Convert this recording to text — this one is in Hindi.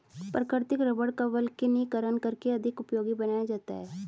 प्राकृतिक रबड़ का वल्कनीकरण करके अधिक उपयोगी बनाया जाता है